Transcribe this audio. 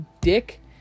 dick